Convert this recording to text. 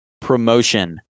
promotion